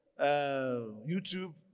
YouTube